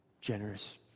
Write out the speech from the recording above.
generous